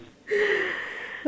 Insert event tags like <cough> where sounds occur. <laughs>